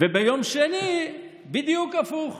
ביום שני בדיוק הפוך,